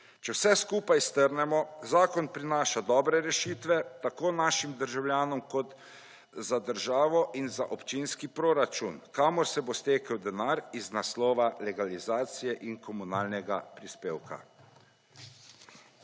Če vse skupaj strnemo, zakon prinaša dobre rešitve, tako našim državljanom, kot za državo in za občinski proračun, kamor se bo stekal denar iz naslova legalizacije in komunalnega prispevka.